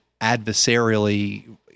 adversarially